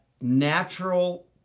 natural